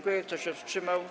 Kto się wstrzymał?